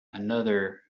another